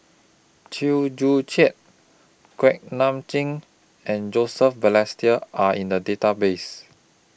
Chew Joo Chiat Kuak Nam Jin and Joseph Balestier Are in The Database